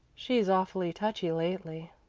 she's awfully touchy lately,